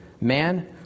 Man